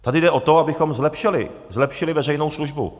Tady jde o to, abychom zlepšili, zlepšili veřejnou službu.